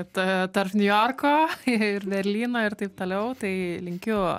ta tarp niujorko ir berlyno ir taip toliau tai linkiu